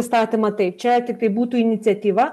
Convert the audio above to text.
įstatymą taip čia tiktai būtų iniciatyva